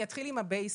אני אתחיל עם ה-basics.